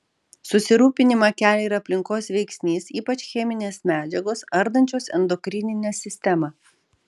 susirūpinimą kelia ir aplinkos veiksnys ypač cheminės medžiagos ardančios endokrininę sistemą